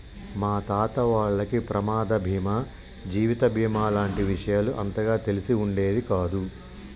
మా తాత వాళ్లకి ప్రమాద బీమా జీవిత బీమా లాంటి విషయాలు అంతగా తెలిసి ఉండేది కాదు